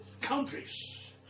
countries